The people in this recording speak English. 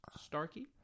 Starkey